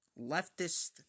leftist